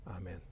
Amen